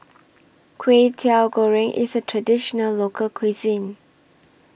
Kway Teow Goreng IS A Traditional Local Cuisine